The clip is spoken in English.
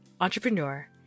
entrepreneur